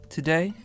Today